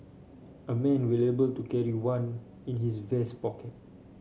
a man will able to carry one in his vest pocket